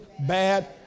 bad